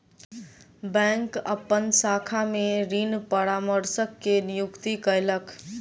bank अपन शाखा में ऋण परामर्शक के नियुक्ति कयलक